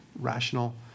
rational